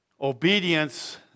Obedience